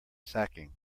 sacking